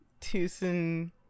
Tucson